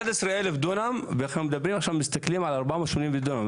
11,000 דונם ואנחנו מדברים עכשיו ומסתכלים על 480 דונם.